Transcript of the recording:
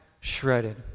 shredded